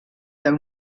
the